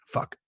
Fuck